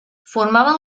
formaven